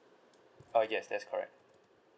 uh yes that's correct